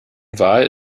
wal